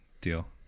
deal